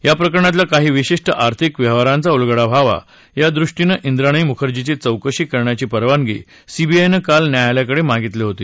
या प्रकरणातल्या काही विशिष्ट आर्थिक व्यवहारांचा उलगडा व्हावा या दृष्टीने इंद्राणी मुखर्जीची चौकशी करण्याची परवानगी सीबीआयनं काल न्यायालयाकडे मागितली होती